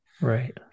right